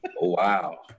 Wow